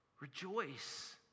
rejoice